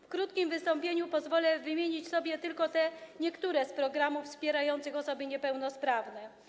W krótkim wystąpieniu pozwolę sobie wymienić tylko niektóre z programów wspierających osoby niepełnosprawne.